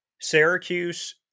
Syracuse